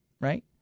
right